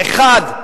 אחד.